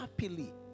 happily